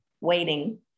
waiting